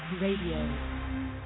Radio